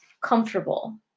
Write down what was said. comfortable